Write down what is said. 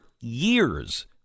years